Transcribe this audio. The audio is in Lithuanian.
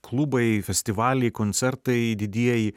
klubai festivaliai koncertai didieji